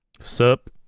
Sup